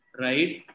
right